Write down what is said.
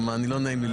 לא נעים לי,